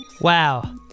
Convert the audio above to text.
Wow